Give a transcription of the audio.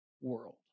world